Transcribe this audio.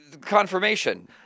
confirmation